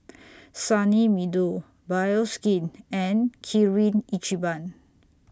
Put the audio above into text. Sunny Meadow Bioskin and Kirin Ichiban